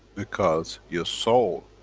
because your soul,